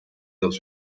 dans